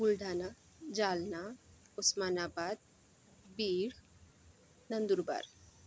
Buldhana Jalna Osmanabad Beed Nandurbar